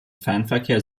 fernverkehr